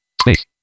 Space